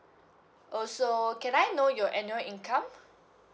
oh so can I know your annual income